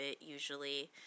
usually